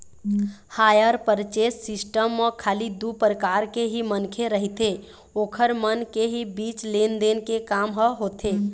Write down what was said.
hire purchase system म खाली दू परकार के ही मनखे रहिथे ओखर मन के ही बीच लेन देन के काम ह होथे